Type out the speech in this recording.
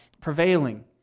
prevailing